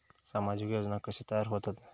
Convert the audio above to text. सामाजिक योजना कसे तयार होतत?